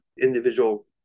individual